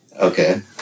Okay